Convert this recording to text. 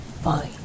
Fine